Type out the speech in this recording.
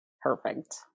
Perfect